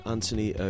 Anthony